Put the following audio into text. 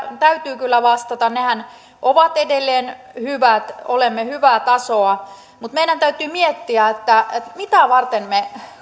täytyy kyllä vastata nehän ovat edelleen hyvät olemme hyvää tasoa mutta meidän täytyy miettiä mitä varten me